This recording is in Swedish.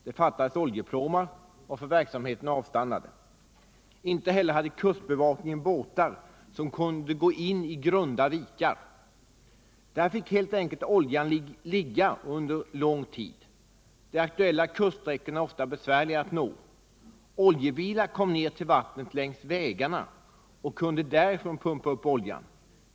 Det fattades oljepråmar, varför verksamheten avstannade. Inte heller hade kustbevakningen båtar som kunde gå in i grunda vikar. Där fick helt enkelt oljan ligga under lång tid. De aktuella kuststräckorna är ofta besvärliga att nå. Oljebilar kom ner till vattnet längs vägarna och kunde därifrån pumpa upp olja.